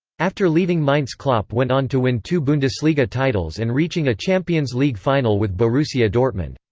after leaving mainz klopp went on to win two bundesliga titles and reaching a champions league final with borussia dortmund.